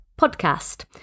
podcast